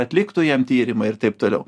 atliktų jam tyrimą ir taip toliau